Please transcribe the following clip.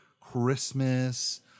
Christmas